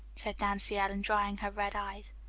said nancy ellen, drying her red eyes.